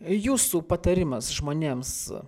jūsų patarimas žmonėms